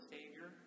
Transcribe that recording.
Savior